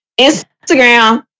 Instagram